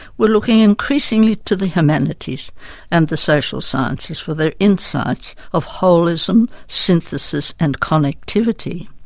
were looking increasingly to the humanities and the social sciences for their insights of holism, synthesis and connectivity.